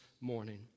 morning